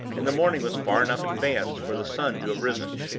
and the morning was far enough advanced for the sun to have risen.